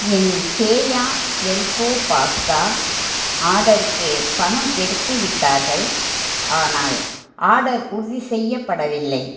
என் கேயா elbow pasta ஆர்டருக்கு பணம் எடுத்துவிட்டார்கள் ஆனால் ஆர்டர் உறுதி செய்யப்படவில்லை